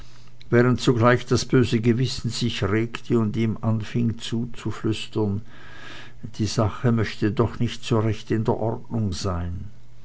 während zugleich das böse gewissen sich regte und ihm anfing zuzuflüstern die sache möchte doch nicht so recht in der ordnung sein